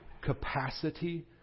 capacity